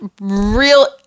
real